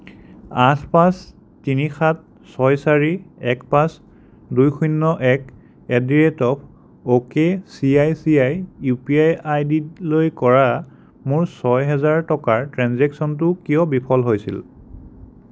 আঠ পাঁচ তিনি সাত ছয় চাৰি এক পাঁচ দুই শূন্য এক at the rate of okay ICICI UPI আইডিলৈ কৰা মোৰ ছয় হেজাৰ টকাৰ ট্ৰেঞ্জেক্শ্য়নটো কিয় বিফল হৈছিল